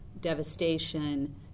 devastation